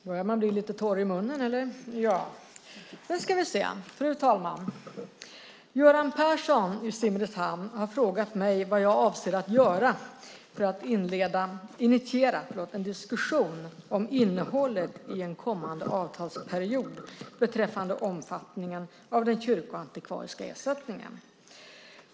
Fru talman! Göran Persson i Simrishamn har frågat mig vad jag avser att göra för att initiera en diskussion om innehållet i en kommande avtalsperiod beträffande omfattningen av den kyrkoantikvariska ersättningen.